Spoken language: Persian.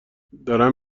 دارم